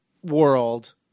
world